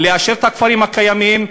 לאשר את הכפרים הקיימים,